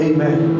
Amen